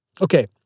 Okay